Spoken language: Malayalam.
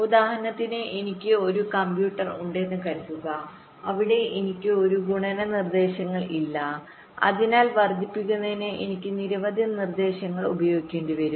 ഉദാഹരണത്തിന് എനിക്ക് ഒരു കമ്പ്യൂട്ടർ ഉണ്ടെന്ന് കരുതുക അവിടെ എനിക്ക് ഒരു ഗുണന നിർദ്ദേശങ്ങൾ ഇല്ല അതിനാൽ വർദ്ധിപ്പിക്കുന്നതിന് എനിക്ക് നിരവധി നിർദ്ദേശങ്ങൾ ഉപയോഗിക്കേണ്ടിവരും